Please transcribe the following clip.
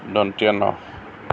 দন্ত্য ন